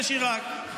יש עיראק,